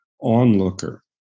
onlooker